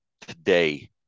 today